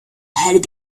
had